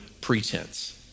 pretense